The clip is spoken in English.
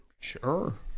Sure